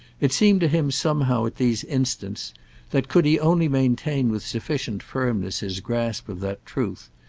it seemed to him somehow at these instants that, could he only maintain with sufficient firmness his grasp of that truth,